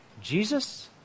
Jesus